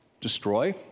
destroy